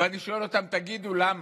ואני שואל אותם: תגידו, למה?